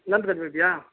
नन्दगंज में भैया